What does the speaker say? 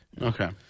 Okay